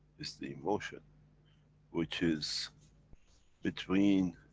it's the emotion which is between